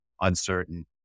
uncertain